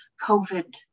COVID